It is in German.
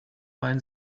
meinen